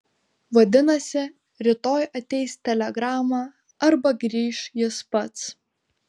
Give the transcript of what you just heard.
vadinasi rytoj ateis telegrama arba grįš jis pats